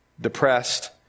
depressed